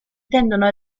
tendono